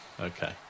Okay